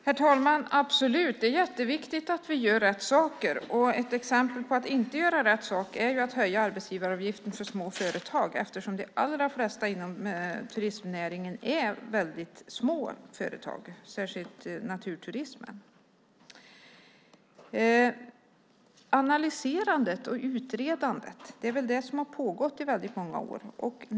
Herr talman! Absolut, det är jätteviktigt att vi gör rätt saker. Ett exempel på att inte göra rätt är att höja arbetsgivaravgiften för småföretag. De allra flesta företagen inom turismnäringen är väldigt små, särskilt inom naturturismen. Analyserandet och utredandet är väl det som har pågått i väldigt många år.